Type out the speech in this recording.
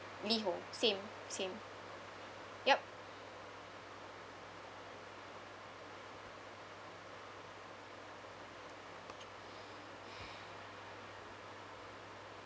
Liho same same yup